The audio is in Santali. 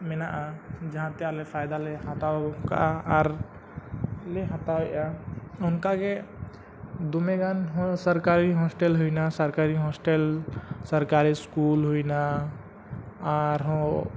ᱢᱮᱱᱟᱜᱼᱟ ᱡᱟᱦᱟᱸ ᱛᱮ ᱟᱞᱮ ᱯᱷᱟᱭᱫᱟ ᱞᱮ ᱦᱟᱛᱟᱣ ᱠᱟᱜᱼᱟ ᱟᱨ ᱞᱮ ᱦᱟᱛᱟᱣᱮᱜᱼᱟ ᱚᱱᱠᱟᱜᱮ ᱫᱚᱢᱮᱜᱟᱱ ᱦᱚᱸ ᱥᱚᱨᱠᱟᱨᱤ ᱦᱳᱥᱴᱮᱞ ᱦᱩᱭᱱᱟ ᱥᱚᱨᱠᱟᱨᱤ ᱦᱳᱥᱴᱮᱞ ᱥᱚᱨᱠᱟᱨᱤ ᱥᱠᱩᱞ ᱦᱩᱭᱱᱟ ᱟᱨᱦᱚᱸ